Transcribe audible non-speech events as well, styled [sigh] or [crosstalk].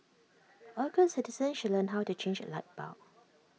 [noise] all good citizens should learn how to change A light bulb